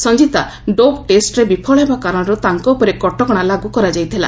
Sanjita dope ଟେଷ୍ଟରେ ବିଫଳ ହେବା କାରଣରୁ ତାଙ୍କ ଉପରେ କଟକଣା ଲାଗୁ କରାଯାଇଥିଲା